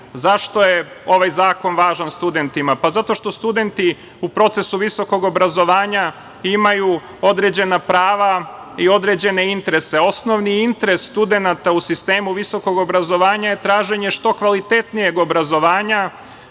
Zašto je ovaj zakon važan studentima? Pa zato što studenti u procesu visokog obrazovanja imaju određena prava i određene interese. Osnovni interes studenata u sistemu visokog obrazovanja je traženje što kvalitetnijeg obrazovanja,